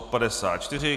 54.